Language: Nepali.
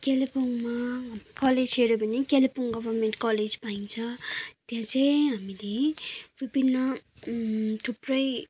कालिम्पोङमा कलेज हेऱ्यो भने कालिम्पोङ गभर्मेन्ट कलेज पाइन्छ त्यहाँ चाहिँ हामीले विभिन्न थुप्रै